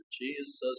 Jesus